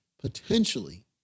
potentially